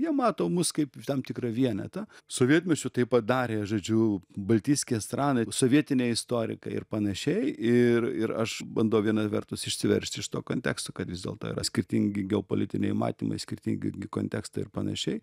jie mato mus kaip tam tikrą vienetą sovietmečiu tai padarė žodžiu baltiskije strany sovietiniai istorikai ir panašiai ir ir aš bandau viena vertus išsiveržti iš to konteksto kad vis dėlto yra skirtingi geopolitiniai matymai skirtingi gi kontekstai ir panašiai